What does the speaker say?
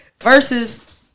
versus